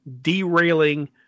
derailing